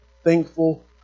Thankful